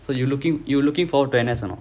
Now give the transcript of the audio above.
so you're looking you're looking forward to N_S or not